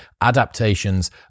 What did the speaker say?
adaptations